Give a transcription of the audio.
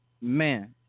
Man